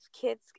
kids